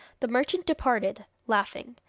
the merchant departed, laughing.